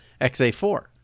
XA4